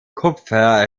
kupfer